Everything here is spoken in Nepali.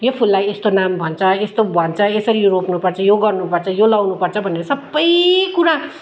यो फुललाई यस्तो नाम भन्छ यस्तो भन्छ यसरी रोप्नुपर्छ यो गर्नुपर्छ यो लाउनुपर्छ भनेर सबै कुरा